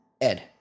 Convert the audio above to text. Ed